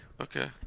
Okay